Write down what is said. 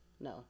No